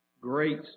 great